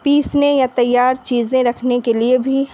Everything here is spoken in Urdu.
پیسنے یا تیار چیزیں رکھنے کے لیے بھی